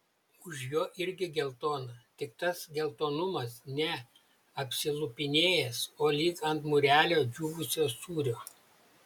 už jo irgi geltona tik tas geltonumas ne apsilupinėjęs o lyg ant mūrelio džiūvusio sūrio